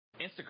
Instagram